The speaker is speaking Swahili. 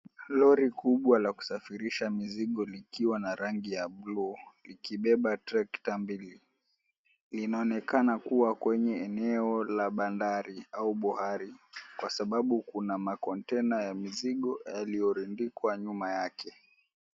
Lori kubwa la kusafirisha mizigo likiwa na rangi ya buluu likibeba tractor mbili. Linaonekana kuwa kwenye eneo la bandari au bohari kwa sababu kuna makontaina ya mizigo yaliyorundikwa nyuma yake.